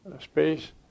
space